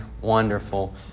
wonderful